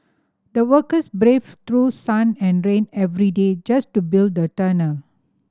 the workers braved through sun and rain every day just to build the tunnel